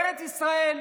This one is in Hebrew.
ארץ ישראל,